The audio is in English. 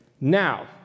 now